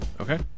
Okay